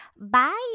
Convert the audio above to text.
Bye